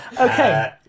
Okay